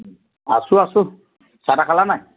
আছোঁ আছোঁ চাহ তাহ খালা নাই